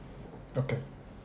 okay